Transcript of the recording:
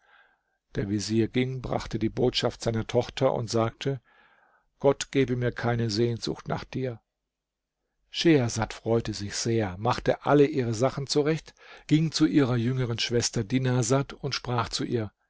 der vezier ging brachte die botschaft seiner tochter und sagte gott gebe mir keine sehnsucht nach dir schehersad freute sich sehr machte alle ihre sachen zurecht ging zu ihrer jüngeren schwester dinarsad und sprach zu ihr